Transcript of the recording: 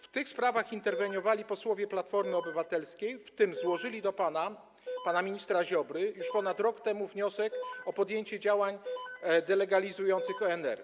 W tych sprawach interweniowali posłowie Platformy Obywatelskiej, w tym złożyli do pana ministra Ziobry już ponad rok temu wniosek o podjęcie działań delegalizujących ONR.